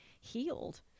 healed